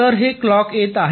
तर हे क्लॉक येत आहे